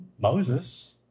Moses